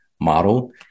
model